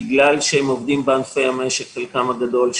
בגלל שחלקם הגדול עובד בענפי המשק שהם